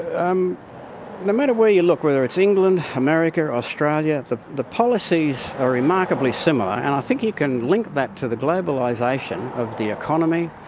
um no matter where you look, whether it's england, america, australia, the the policies are remarkably similar, and i think you can link that to the globalisation of the economy,